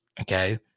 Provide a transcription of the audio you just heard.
Okay